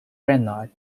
granite